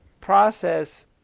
process